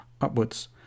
upwards